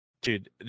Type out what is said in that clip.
Dude